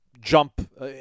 jump